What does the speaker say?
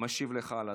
משיב לך על הדברים.